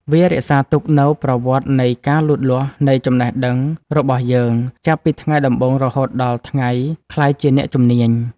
វារក្សាទុកនូវប្រវត្តិនៃការលូតលាស់នៃចំណេះដឹងរបស់យើង ចាប់ពីថ្ងៃដំបូងរហូតដល់ថ្ងៃក្លាយជាអ្នកជំនាញ។